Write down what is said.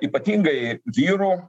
ypatingai vyrų